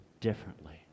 differently